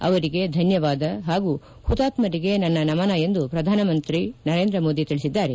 ಅವರಿಗೆ ಧನ್ಯವಾದ ಹಾಗೂ ಹುತಾತ್ಮರಿಗೆ ನನ್ನ ನಮನ ಎಂದು ಪ್ರಧಾನಮಂತ್ರಿ ಮೋದಿ ತಿಳಿಸಿದ್ದಾರೆ